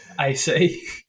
AC